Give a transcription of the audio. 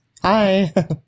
Hi